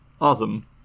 Awesome